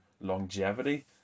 longevity